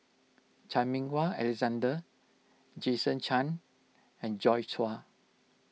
Chan Meng Wah Alexander Jason Chan and Joi Chua